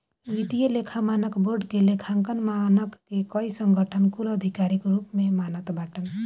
वित्तीय लेखा मानक बोर्ड के लेखांकन मानक के कई संगठन कुल आधिकारिक रूप से मानत बाटन